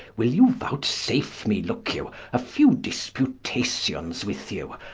will you voutsafe me, looke you, a few disputations with you,